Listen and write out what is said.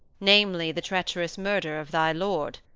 namely, the treacherous murder of thy lord,